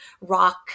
rock